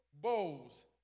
bowls